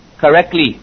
correctly